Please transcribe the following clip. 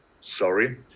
sorry